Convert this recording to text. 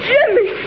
Jimmy